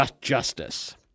justice